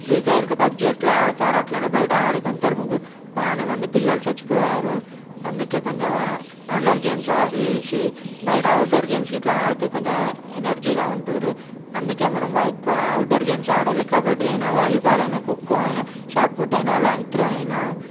free fire క PUBG ఎట్ల ఆడుతారో అట్లనే బయట ఆడి కొంత ఇ ముగ్గురు చాల మంది పిల్లలు చచ్చిపోయారు అందుకే కొంచెం ఆన్లైన్ గేమ్స్ ఆఫ్ చేసి బయట అవుట్డోర్ గేమ్స్ గిట్లా ఆడితే కొంచెం ఎనర్జీగా ఉంటుర్రు అందుకే మనం ఎక్కువ అవుట్డోర్ గేమ్స్ ఆడాలి కబడ్డీ అయినా వాలీబాల్ అయినా ఖోఖో అయినా షాట్ పుట్ అయినా లాంగ్ త్రో అయినా